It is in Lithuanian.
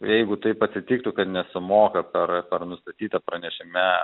jeigu taip atsitiktų kad nesumoka per per nustatytą pranešime